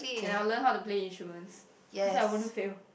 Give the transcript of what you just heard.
and I'll learn how to play instruments because I won't fail